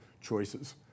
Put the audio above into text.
choices